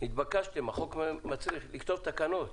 התבקשתם, החוק מצריך לכתוב תקנות.